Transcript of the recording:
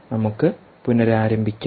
നമുക്ക് പുനരാരംഭിക്കാം